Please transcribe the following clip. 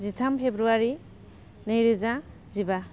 जिथाम फेब्रुवारि नैरोजा जिबा